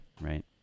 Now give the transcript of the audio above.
Right